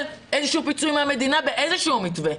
איזושהי פיצוי מהמדינה באיזשהו מתווה.